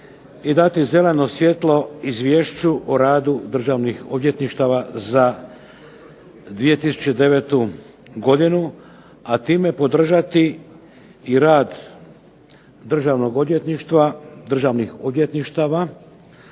i dati zeleno svjetlo izvješću o radu državnih odvjetništava za 2009. godinu, a time podržati i rad Državnog odvjetništva,